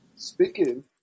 Speaking